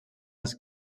els